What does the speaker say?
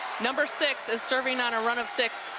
number six is serving on a run of six.